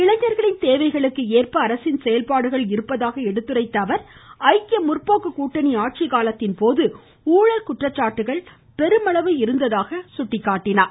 இளைஞர்களின் தேவைகளுக்கு ஏற்ப அரசின் செயல்பாடுகள் உள்ளதாக எடுத்துரைத்த அவர் ஐக்கிய முற்போக்கு கூட்டணி ஆட்சி காலத்தின்போது ஊழல் குற்றச்சாட்டுகள் பெருமளவு இருந்ததாக சுட்டிக்காட்டினார்